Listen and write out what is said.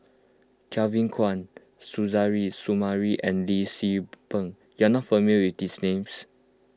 Kevin Kwan Suzairhe Sumari and Lee Tzu Pheng you are not familiar with these names